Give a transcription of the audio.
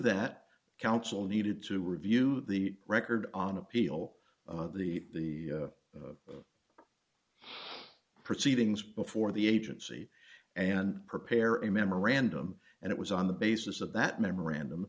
that counsel needed to review the record on appeal of the proceedings before the agency and prepare a memorandum and it was on the basis of that memorandum